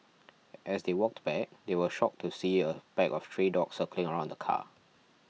as they walked back they were shocked to see a pack of stray dogs circling around the car